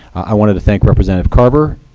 i wanted to thank representative carver,